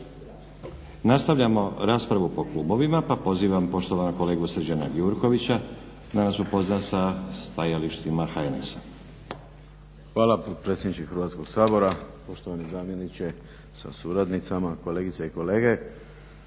Nastavljamo raspravu po klubovima pa pozivam poštovanog kolegu Srđana Gjurkovića da nas upozna sa stajalištima HNS-a. **Gjurković, Srđan (HNS)** Hvala potpredsjedniče Hrvatskog sabora. Poštovani zamjeniče sa suradnicama, kolegice i kolege.